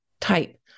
type